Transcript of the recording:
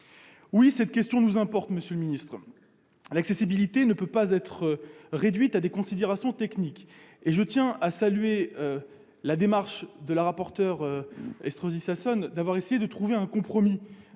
Oui, cette question nous importe, monsieur le ministre ! L'accessibilité ne peut pas être réduite à des considérations techniques. Je tiens à saluer la démarche de Mme la rapporteur, qui a essayé de trouver un compromis